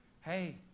Hey